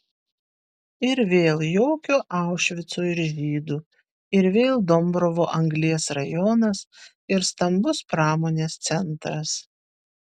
ir vėl jokio aušvico ir žydų ir vėl dombrovo anglies rajonas ir stambus pramonės centras